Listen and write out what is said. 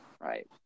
Right